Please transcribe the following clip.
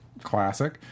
classic